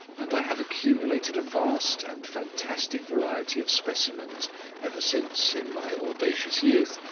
and i have accumulated a vast and fantastic variety of specimens ever since, in my audacious youth,